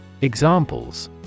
Examples